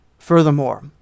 Furthermore